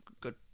good